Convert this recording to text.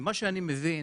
ממה שאני מבין,